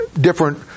different